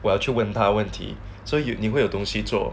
我要去问他问题所以你会有东西做